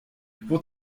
vont